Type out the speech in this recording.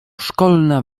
szkolna